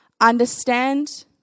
understand